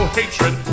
hatred